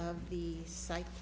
of the site